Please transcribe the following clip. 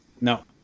No